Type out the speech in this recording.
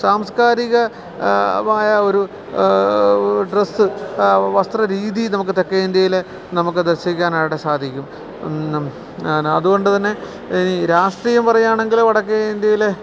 സാംസ്കാരിക മായ ഒരു ഡ്രസ് വസ്ത്രരീതി നമുക്ക് തെക്കേ ഇന്ത്യയില് നമുക്ക് ദർശിക്കാനായിട്ട് സാധിക്കും അതുകൊണ്ട് തന്നെ ഈ രാഷ്ട്രീയം പറയുകയാണെങ്കില് വടക്കേ ഇന്ത്യയിലെ